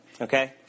Okay